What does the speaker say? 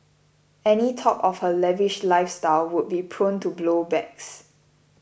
any talk of her lavish lifestyle would be prone to blow backs